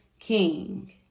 King